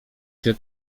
się